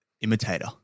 imitator